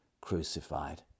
crucified